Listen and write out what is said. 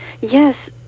Yes